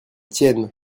tiennes